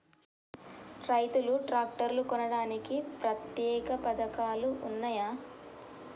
రైతులు ట్రాక్టర్లు కొనడానికి ప్రత్యేక పథకాలు ఉన్నయా?